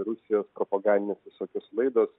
rusijos propagandinės visokios laidos